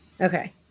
Okay